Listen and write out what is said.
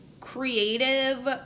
creative